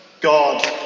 God